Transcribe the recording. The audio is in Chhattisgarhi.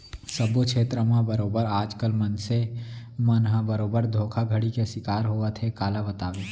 सब्बो छेत्र म बरोबर आज कल मनसे मन ह बरोबर धोखाघड़ी के सिकार होवत हे काला बताबे